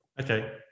Okay